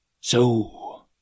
So